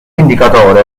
indicatore